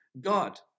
God